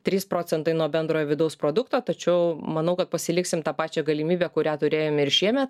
trys procentai nuo bendrojo vidaus produkto tačiau manau kad pasiliksim tą pačią galimybę kurią turėjome ir šiemet